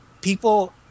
people